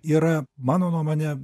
yra mano nuomone